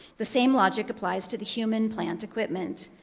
the same logic applies to the human plant equipment,